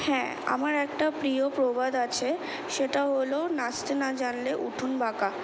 হ্যাঁ আমার একটা প্রিয় প্রবাদ আছে সেটা হল নাচতে না জানলে উঠোন বাঁকা